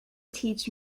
teach